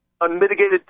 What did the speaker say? unmitigated